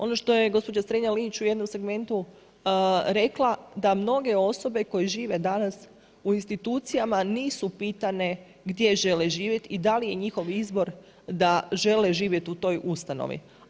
Ono što je gospođa Strenja Linić u jednom segmentu rekla da mnoge osobe koje žive danas u institucijama nisu pitane gdje žele živjeti i da li je njihov izbor da žele živjet u toj ustanovi.